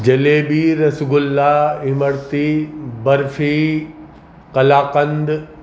jalebi rasgulla imarti barfi kalakand